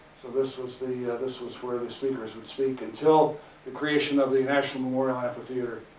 so, this was the, ah this was where the speakers would speak, until the creation of the national memorial amphitheater.